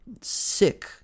sick